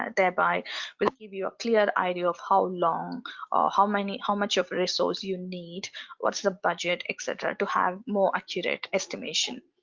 thereby will give you a clear idea of how long or how many how much of resource you need what's the budget etc to have more accurate estimation